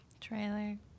trailer